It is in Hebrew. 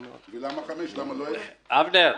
אבנר,